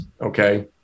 okay